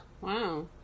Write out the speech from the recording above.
Wow